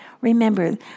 Remember